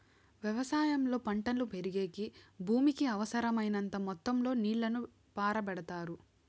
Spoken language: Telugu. వ్యవసాయంలో పంటలు పెరిగేకి భూమికి అవసరమైనంత మొత్తం లో నీళ్ళను పారబెడతారు